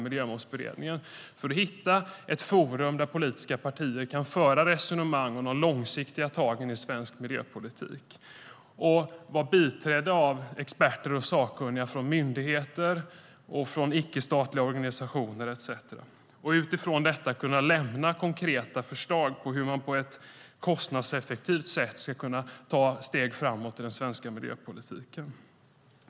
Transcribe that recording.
Miljömålsberedningen tillskapades därför som ett forum för politiska partier att föra resonemangen och ta de långsiktiga tagen i svensk miljöpolitik, biträdd av experter och sakkunniga från myndigheter, icke statliga organisationer etcetera. Utifrån detta ska konkreta förslag kunna lämnas på hur man på ett kostnadseffektivt sätt ska kunna ta steg framåt i den svenska miljöpolitiken.